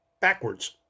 backwards